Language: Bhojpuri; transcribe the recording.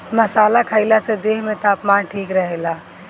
मसाला खईला से देह में तापमान ठीक रहेला